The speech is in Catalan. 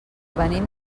venim